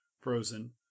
frozen